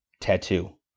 tattoo